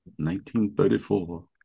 1934